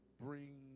bring